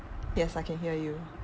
yes I can hear you